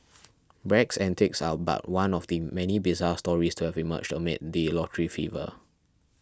Bragg's antics are but one of the many bizarre stories to have emerged amid the lottery fever